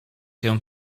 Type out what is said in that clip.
się